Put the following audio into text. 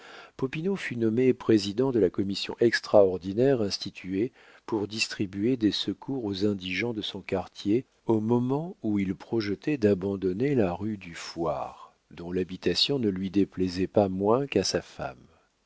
fut nommé président de la commission extraordinaire instituée pour distribuer des secours aux indigents de son quartier au moment où il projetait d'abandonner la rue du fouarre dont l'habitation ne lui déplaisait pas moins qu'à sa femme